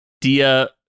Dia